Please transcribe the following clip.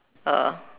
uh